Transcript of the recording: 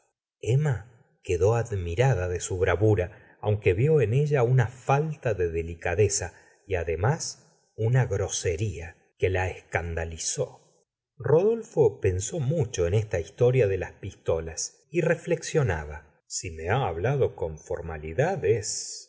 emma quedó admirada de su bravura aunque vió en ella una falta de delicadeza y además una grosería que la escandalizó rodolfo pensó mucho en esta historia de las pistolas y reflexionaba si me ha hablado con formalidad